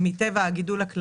חבר הכנסת טיבי,